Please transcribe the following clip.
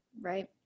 right